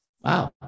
wow